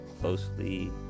closely